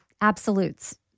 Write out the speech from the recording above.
absolutes